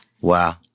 Wow